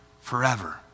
forever